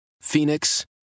Phoenix